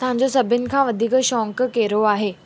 तव्हांजो सभिनि खां वधीक शौक़ु कहिड़ो आहे